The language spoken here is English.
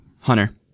Hunter